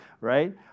right